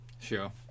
sure